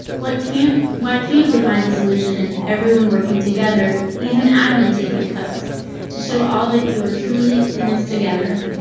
what can't? why can't we find a solution in everyone working together, even admin taking cuts to show all that you are truly in this together?